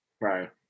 Right